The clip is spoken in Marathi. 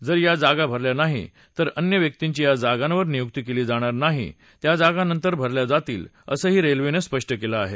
जर या जागा भरल्या नाही तर अन्य व्यक्तींची या जागांवर नियुक्ती केली जाणार नाही त्या जागा नंतर भरल्या जातीलअसंही रेल्वेनं स्पष्ट केलं आहे